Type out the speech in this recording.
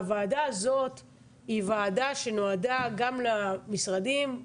הוועדה הזאת היא ועדה שנועדה גם למשרדים,